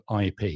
IP